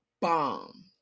bomb